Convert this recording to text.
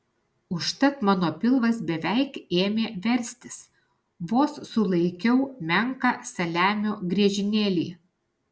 užtat mano pilvas beveik ėmė verstis vos sulaikiau menką saliamio griežinėlį